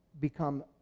become